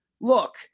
look